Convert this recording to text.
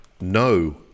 no